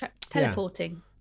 teleporting